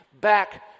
back